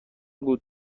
بودم